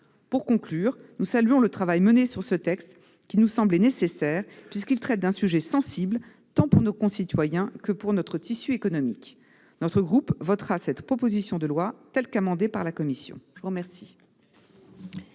Pour conclure, nous saluons le travail mené sur ce texte, qui nous semblait nécessaire puisqu'il traite d'un sujet sensible tant pour nos concitoyens que pour notre tissu économique. Le groupe Les Républicains votera cette proposition de loi telle qu'amendée par la commission. Merci,